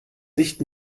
nicht